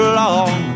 long